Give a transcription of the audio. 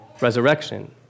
resurrection